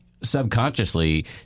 subconsciously